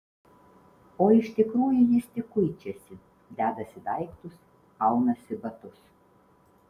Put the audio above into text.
o iš tikrųjų jis tik kuičiasi dedasi daiktus aunasi batus